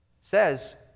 says